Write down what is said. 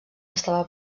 estava